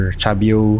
Chabio